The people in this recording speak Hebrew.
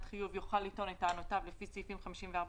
חיוב הוא יוכל לטעון את טענותיו לפי סעיפים 54 ו-55,